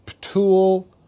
tool